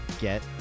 get